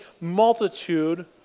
multitude